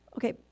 Okay